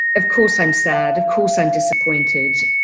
of course, i'm sad, of course i'm disappointed,